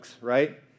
right